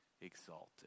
exalted